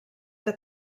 que